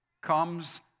comes